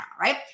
right